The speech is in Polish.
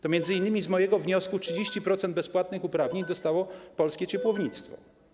To m.in. w wyniku mojego wniosku 30% bezpłatnych uprawnień dostało polskie ciepłownictwo.